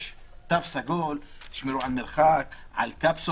יש תו סגול, תשמרו על מרחק, על קפסולות.